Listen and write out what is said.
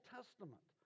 Testament